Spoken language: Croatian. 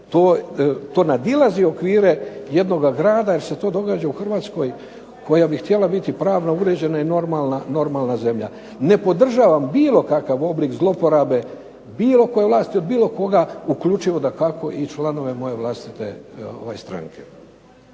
to nadilazi okvire jednog grada jer se to događa u Hrvatskoj koja bi htjela biti pravno uređena i normalna zemlja. Ne podržavam bilo kakav oblik zloporabe bilo koje vlasi od bilo koga, uključivo dakako i članove moje vlastite stranke.